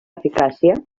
eficàcia